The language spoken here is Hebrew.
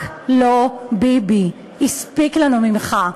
רק לא ביבי, הספיק לנו ממך.